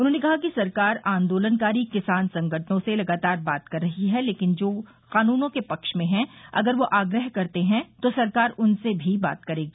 उन्होंने कहा कि सरकार आंदोलनकारी किसान संगठनों से लगातार बात कर रही है लेकिन जो कानूनों के पक्ष में हैं अगर वे आग्रह करते हैं तो सरकार उनसे भी बात करेगी